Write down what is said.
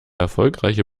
erfolgreiche